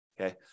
okay